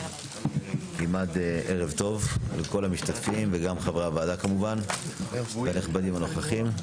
כמעט ערב טוב לכל המשתתפים וגם חברי הוועדה כמובן והנכבדים הנוכחים.